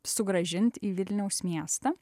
sugrąžint į vilniaus miestą